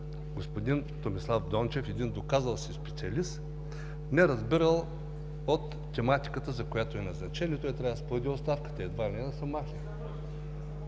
господин Томислав Дончев – един доказал се специалист, не разбирал от тематиката, за която е назначен, и той трябва си подаде оставката, едва ли не да се махне.